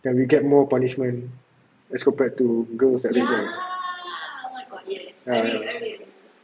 then we get more punishment as compared to girls that rape guys